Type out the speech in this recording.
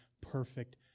perfect